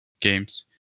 games